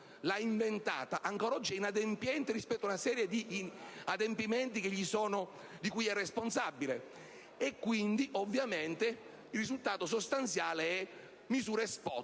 l'ha inventata - ancora oggi è inadempiente rispetto ad una serie di adempimenti di cui è responsabile. Quindi, ovviamente, il risultato sostanziale è l'ennesima